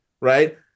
right